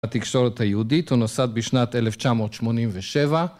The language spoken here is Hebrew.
התקשורת היהודית הוא נוסד בשנת 1987